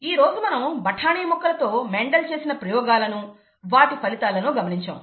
ఈరోజు మనం బఠానీ మొక్కలతో మెండల్ చేసిన ప్రయోగాలను వాటి ఫలితాలను గమనించాము